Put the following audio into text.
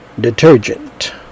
detergent